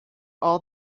all